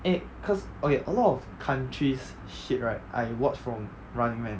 因为 cause okay a lot of countries shit right I watch from running man